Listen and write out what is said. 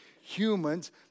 humans